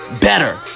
better